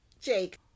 Jake